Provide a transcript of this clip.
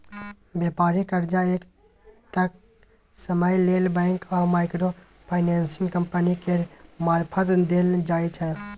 बेपारिक कर्जा एक तय समय लेल बैंक आ माइक्रो फाइनेंसिंग कंपनी केर मारफत देल जाइ छै